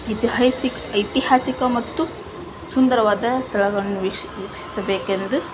ಐತಿಹಾಸಿಕ ಐತಿಹಾಸಿಕ ಮತ್ತು ಸುಂದರವಾದ ಸ್ಥಳಗಳನ್ನು ವೀಕ್ಷಿ ವೀಕ್ಷಿಸಬೇಕೆಂದು